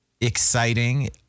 exciting